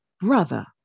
Brother